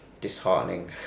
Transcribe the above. disheartening